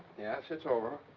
yes, it's over.